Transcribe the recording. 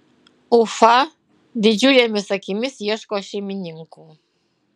ufa didžiulėmis akimis ieško šeimininkų